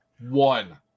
one